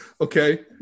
Okay